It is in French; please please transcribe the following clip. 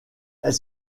elle